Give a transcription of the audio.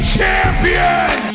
Champion